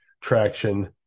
traction